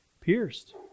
Pierced